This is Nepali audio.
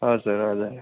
हजुर हजुर